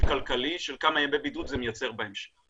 כלכלי של כמה ימי בידוד זה מייצר בהמשך.